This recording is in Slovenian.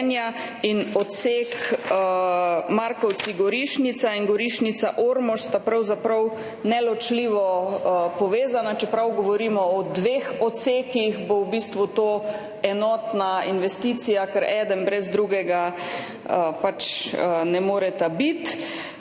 Odseka Markovci–Gorišnica in Gorišnica–Ormož sta pravzaprav neločljivo povezana. Čeprav govorimo o dveh odsekih, bo v bistvu to enotna investicija, ker eden brez drugega pač ne moreta biti.